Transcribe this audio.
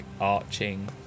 arching